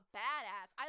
badass